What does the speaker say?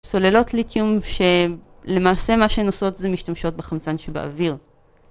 סוללות ליטיום שלמעשה מה שהן עושות זה משתמשות בחמצן שבאוויר